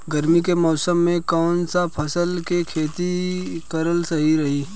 गर्मी के मौषम मे कौन सा फसल के खेती करल सही रही?